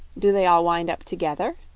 do they all wind up together?